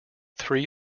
three